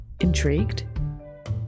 Intrigued